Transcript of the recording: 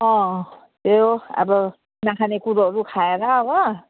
अँ यो अब नाखाने कुरोहरू खाएर हो